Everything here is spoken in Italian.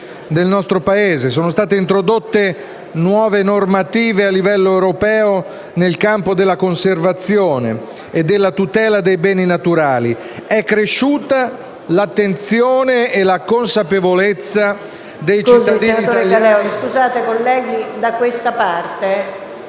nel nostro Paese, sono state introdotte nuove normative a livello europeo nel campo della conservazione e della tutela dei beni naturali; è cresciuta l’attenzione e la consapevolezza… (Brusio).